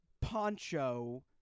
poncho